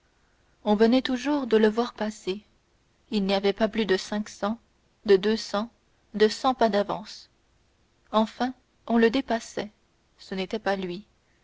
on venait toujours de le voir passer il n'avait pas plus de cinq cents de deux cents de cent pas d'avance enfin on le dépassait ce n'était pas lui